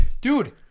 Dude